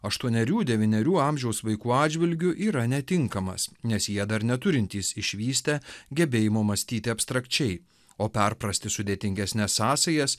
aštuonerių devynerių amžiaus vaikų atžvilgiu yra netinkamas nes jie dar neturintys išvystę gebėjimo mąstyti abstrakčiai o perprasti sudėtingesnes sąsajas